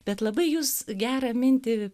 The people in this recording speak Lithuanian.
bet labai jūs gerą mintį